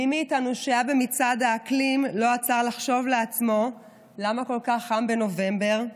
מי מאיתנו שהיה במצעד האקלים לא עצר לחשוב לעצמו למה כל כך חם בנובמבר?